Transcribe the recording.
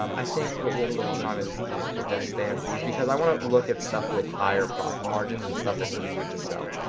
um i think what we'll focus on is is the desk stands, these, because i wanna look at stuff with higher profit margins and stuff that's easier to sell.